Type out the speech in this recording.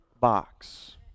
box